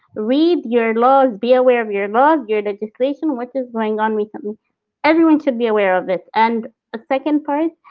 read your laws, be aware of your laws, your legislation, what is going on recently. everyone should be aware of it. and the second part,